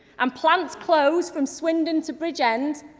um plants close from swindon to bridgend,